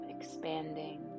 expanding